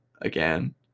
again